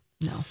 No